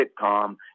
sitcom